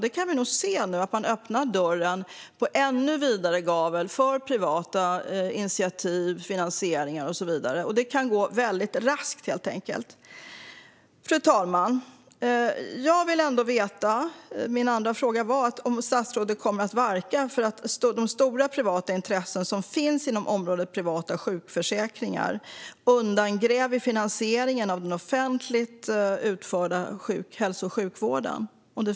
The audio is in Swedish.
Vi kan nog se nu att man öppnar dörren på ännu vidare gavel för privata initiativ, privat finansiering och så vidare. Det kan helt enkelt gå väldigt raskt. Fru talman! Min andra fråga handlade om huruvida statsrådet kommer att verka för att de stora privata intressen som finns inom området privata sjukförsäkringar inte ska kunna undergräva finansieringen av den offentligt utförda hälso och sjukvården.